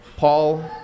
Paul